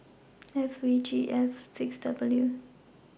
F V G F six W